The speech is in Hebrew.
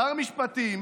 שר המשפטים